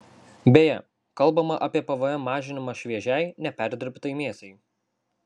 beje kalbama apie pvm mažinimą šviežiai neperdirbtai mėsai